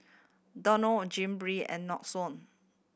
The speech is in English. Danone Jim Beam and Nixon